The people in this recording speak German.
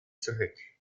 zurück